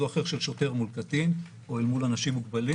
או אחר של שוטר מול קטין או אל מול אנשים מוגבלים,